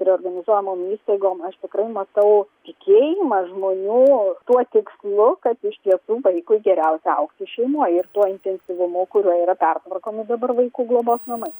reorganizuojam įstaigom aš tikrai matau tikėjimą žmonių tuo tikslu kad iš tiesų vaikui geriausia augti šeimoj ir tuo intensyvumu kuriuo yra pertvarkomi dabar vaikų globos namai